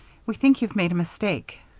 we think you've made a mistake.